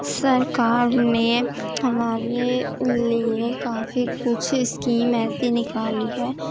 سرکار نے ہمارے لیے کافی کچھ اسکیم ایسی نکالی ہے